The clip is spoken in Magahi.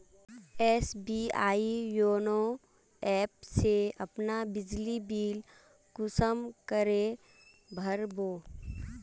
एस.बी.आई योनो ऐप से अपना बिजली बिल कुंसम करे भर बो?